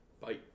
Bye